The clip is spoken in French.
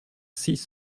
six